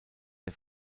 der